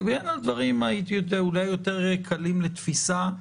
לבין הדברים היותר קלים לתפיסה,